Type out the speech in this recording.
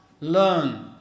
learn